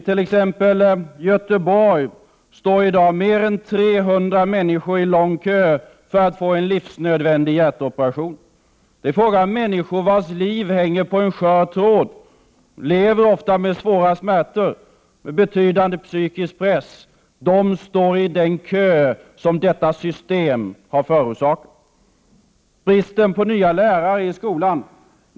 I exempelvis Göteborg står i dag mer än 300 människor i kö för att få en livsnödvändig hjärtoperation. Det är fråga om människor vilkas liv hänger på en skör tråd. De lever ofta med svåra smärtor och under betydande psykisk press. De står i den kö som detta system har förorsakat. Det gäller också bristen på nya lärare i skolan.